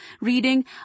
reading